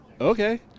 Okay